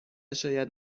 شاید